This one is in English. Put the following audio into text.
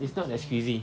it's not that squeezy